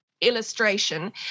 Illustration